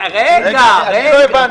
אנחנו מדברים